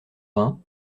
vingt